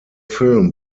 film